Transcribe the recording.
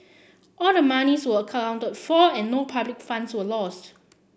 all the monies were accounted for and no public funds were lost